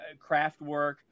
Craftwork